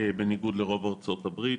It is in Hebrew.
בניגוד לרוב ארצות הברית.